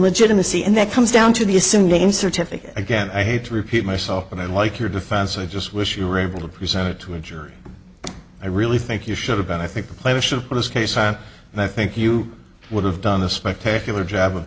legitimacy and that comes down to the assumed name certificate again i hate to repeat myself but i like your defense i just wish you were able to present it to a jury i really think you should have been i think the plaintiffs of this case are and i think you would have done a spectacular job